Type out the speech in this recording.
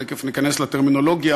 תכף ניכנס לטרמינולוגיה,